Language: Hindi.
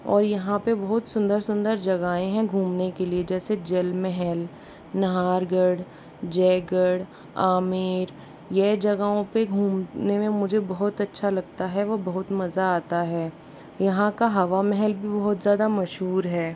और यहाँ पर बहुत सुंदर सुंदर जगहें हैं घूमने के लिए जैसे जल महल नाहरगढ़ जयगढ़ आमेर यह जगहों पर घूमने में मुझे बहुत अच्छा लगता है वह बहुत मज़ा आता है यहाँ का हवा महल भी बहुत ज़्यादा मशहूर है